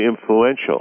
influential